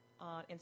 on